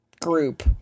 group